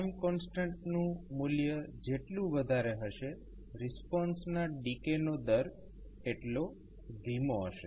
time કોન્સ્ટન્ટનું મૂલ્ય જેટલું વધારે હશે રિસ્પોન્સના ડીકે નો દર એટલો ધીમો હશે